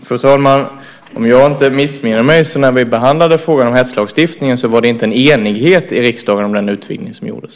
Fru talman! Om jag inte missminner mig var det inte en enighet i riksdagen om den utvidgning som gjordes när vi behandlade frågan om hetslagstiftningen.